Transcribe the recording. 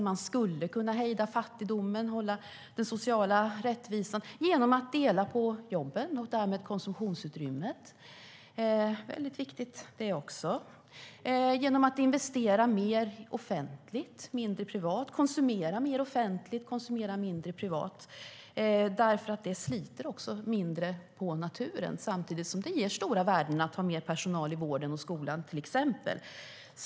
Man skulle kunna hejda fattigdomen och upprätta den sociala rättvisan genom att dela på jobben och därmed konsumtionsutrymmet. Det är också viktigt. Man kan göra det genom att investera mer offentligt och mindre privat och genom att konsumera mer offentligt och mindre privat, för det sliter mindre på naturen samtidigt som det ger stora värden genom mer personal i vården och skolan, till exempel.